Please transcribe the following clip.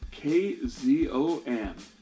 KZOM